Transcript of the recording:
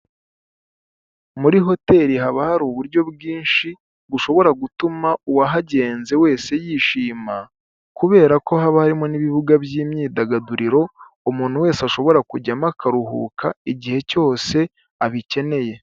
Muri hoteri haba hari uburyo bwinshi bushobora gutuma uwahagenze wese yishima, kubera ko haba harimo n'ibibuga by'imyidagaduro, umuntu wese ashobora kujyamo akaruhuka igihe cyose abikeneye.